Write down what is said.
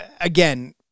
again